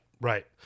right